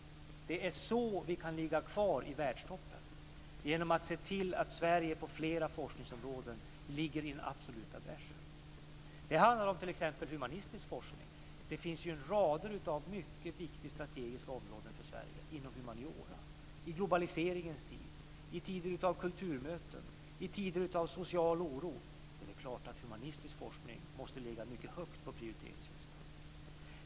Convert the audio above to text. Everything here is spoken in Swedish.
Det är så vi kan ligga kvar i världstoppen. Det är genom att se till att Sverige på flera forskningsområden ligger i den absoluta bräschen. Det handlar t.ex. om humanistisk forskning. Det finns rader av mycket viktiga strategiska områden för Sverige inom humaniora. I globaliseringens tid, i tider av kulturmöten, i tider av social oro är det klart att humanistisk forskning måste ligga mycket högt på prioriteringslistan.